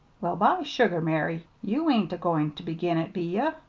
well, by sugar, mary! you ain't a-goin' ter begin it, be ye?